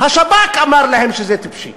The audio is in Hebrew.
השב"כ אמר להם שזה טיפשי.